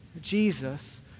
Jesus